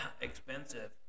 expensive